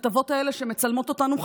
הכתבות האלה שמצלמות אותנו,